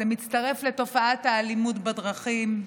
זה מצטרף לתופעת האלימות בדרכים,